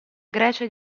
grecia